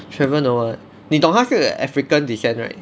trevor noah 你懂他是 african descent right